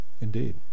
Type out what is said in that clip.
Indeed